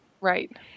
Right